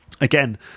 Again